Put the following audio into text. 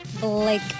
Blake